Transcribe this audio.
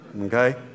okay